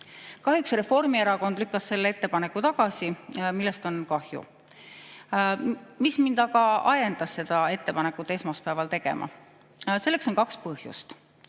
Kahjuks Reformierakond lükkas selle ettepaneku tagasi, millest on kahju. Mis mind aga ajendas seda ettepanekut esmaspäeval tegema? Selleks on kaks põhjust.